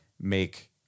make